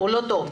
לא טוב,